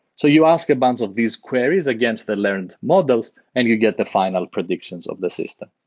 so you ask a bunch of these queries against the learned models and you get the final predictions of the system.